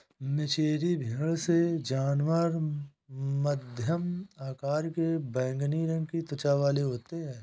मेचेरी भेड़ ये जानवर मध्यम आकार के बैंगनी रंग की त्वचा वाले होते हैं